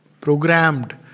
programmed